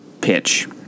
pitch